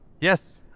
Yes